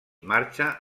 marxa